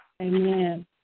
Amen